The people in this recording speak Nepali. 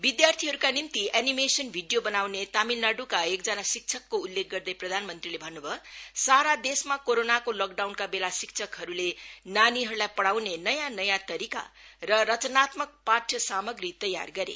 विदयार्थीहरुका निम्ति एनिमेसन भिडियो बनाउने तामिलनाडुका एकजना शिक्षकको उल्लेख गर्दै प्रधानमंत्रीले भन्नु भयो सारा देशमा कोरोनाको लकडाउनका बेला शिक्षकहरुले नानीहरुलाई पढ़ाउने नयाँ नयाँ तरीका र रचनात्मक पाठ्य सामग्री तयार गरे